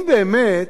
אם באמת